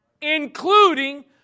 Including